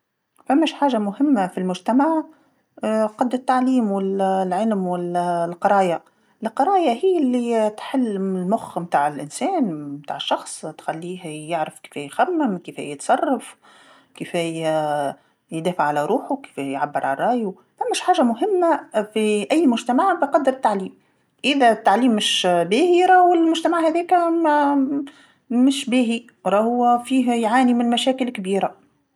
ثماش حاجه مهمه في المجتمع قد التعليم وال- العلم والقرايه، القراية هي اللي تحل الم- المخ متاع الانسان متاع الشخص تخليه يعرف كيف يخمم كيفاه يتصرف، كيفاه ي- يدافع على روحو كيفاه يعبر على رايو، ثماش حاجه مهمه في أي مجتمع بقدر التعليم، إذا التعليم مش باهي والمجتمع هذاكا ما- مش باهي، راهو فيه يعاني من مشاكل كبيره.